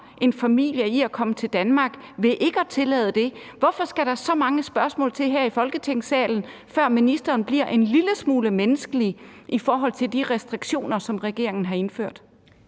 en familie i at komme til Danmark ved ikke at tillade det? Hvorfor skal der så mange spørgsmål til her i Folketingssalen, før ministeren bliver en lille smule menneskelig i forhold til de restriktioner, som regeringen har indført?